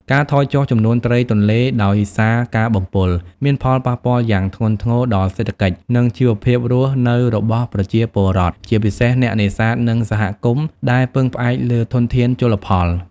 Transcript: ការថយចុះចំនួនត្រីទន្លេដោយសារការបំពុល មានផលប៉ះពាល់យ៉ាងធ្ងន់ធ្ងរដល់សេដ្ឋកិច្ច និងជីវភាពរស់នៅរបស់ប្រជាពលរដ្ឋ ជាពិសេសអ្នកនេសាទ និងសហគមន៍ដែលពឹងផ្អែកលើធនធានជលផល។